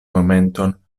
momenton